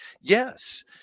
Yes